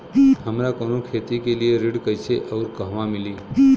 हमरा कवनो खेती के लिये ऋण कइसे अउर कहवा मिली?